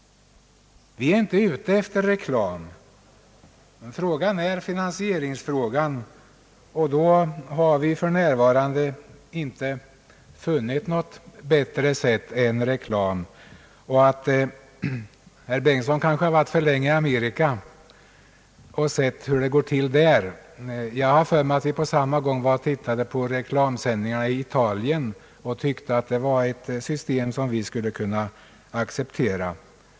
Vi är inte ute efter reklam. För oss gäller det finansieringsfrågan. Vi kan för närvarande inte finna något bättre sätt att lösa den frågan än med reklam. Herr Bengtson har kanske varit för länge i Amerika och sett hur det går till där, men jag har för mig att vi samtidigt såg reklamsändningarna i Italien och tyckte att det var ett system som vi skulle kunna acceptera.